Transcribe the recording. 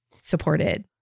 Supported